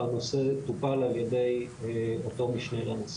והנושא טופל על ידי אותו משנה לנשיא.